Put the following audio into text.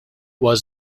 was